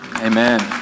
amen